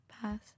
Pass